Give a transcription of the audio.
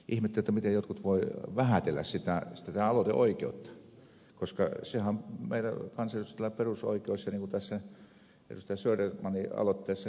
ihmettelen miten jotkut voivat vähätellä tätä aloiteoikeutta koska sehän on meillä kansanedustajilla perusoikeus ja niin kuin tässä ed